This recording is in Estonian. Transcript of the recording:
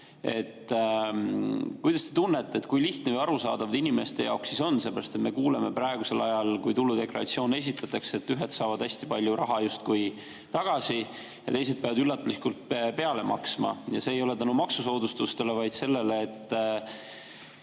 kuidas te tunnete, kui lihtne ja arusaadav see inimeste jaoks on? Me kuuleme praegusel ajal, kui tuludeklaratsioone esitatakse, et ühed saavad hästi palju raha justkui tagasi ja teised peavad üllatuslikult peale maksma. Ja see ei ole tänu maksusoodustustele, vaid tänu sellele, et